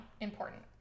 important